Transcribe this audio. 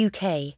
UK